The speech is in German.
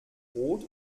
brot